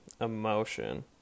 emotion